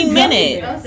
minutes